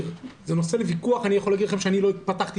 זה נושא לוויכוח ואני יכול לומר לכם שאני לא פתחתי